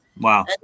Wow